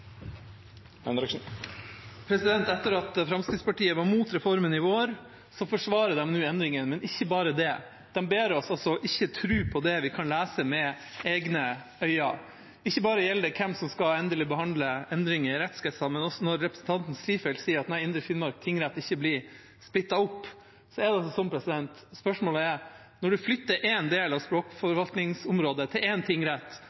Henriksen har hatt ordet to gonger tidlegare og får ordet til ein kort merknad, avgrensa til 1 minutt. Etter at Fremskrittspartiet var mot reformen i vår, forsvarer de nå endringene. Men ikke bare det: De ber oss om ikke å tro på det vi kan lese med egne øyne. Ikke bare gjelder det hvem som skal endelig behandle endringer i rettskretsene; representanten Strifeldt sier også at Indre Finnmark tingrett ikke blir splittet opp. Spørsmålet er: Når man flytter en del av